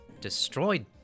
destroyed